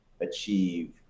achieve